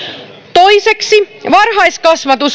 toiseksi varhaiskasvatus